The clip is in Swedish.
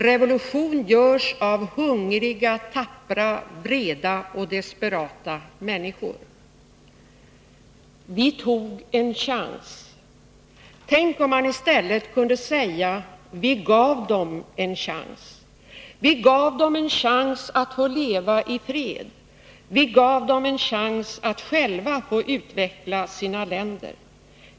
Revolution görs av hungriga, tappra, vreda och desperata människor.” Vi tog en chans — tänk om mani stället kunde säga: Vi gav dem en chans! Vi gav dem en chans att få leva i fred. Vi gav dem en chans att själva få utveckla sina länder.